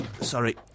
Sorry